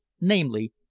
namely,